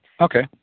Okay